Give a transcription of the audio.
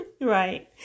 Right